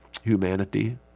Humanity